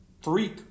freak